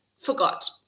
forgot